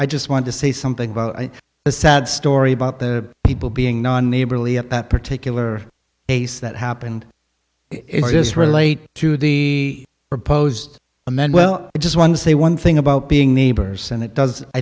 i just want to say something about the sad story about the people being non neighborly at that particular base that happened just relate to the proposed the men well just one say one thing about being neighbors and it does i